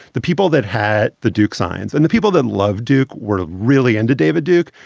the people that had the duke signs and the people that love duke were really into david duke.